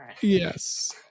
yes